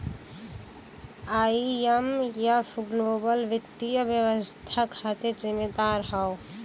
IMF global वित्तीय व्यवस्था खातिर जिम्मेदार हौ